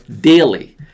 daily